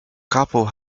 couple